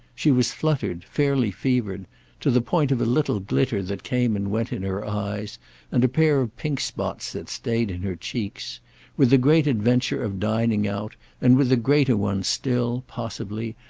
she was fluttered, fairly fevered to the point of a little glitter that came and went in her eyes and a pair of pink spots that stayed in her cheeks with the great adventure of dining out and with the greater one still, possibly,